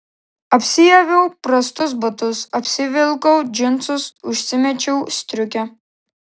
apsiaviau prastus batus apsivilkau džinsus užsimečiau striukę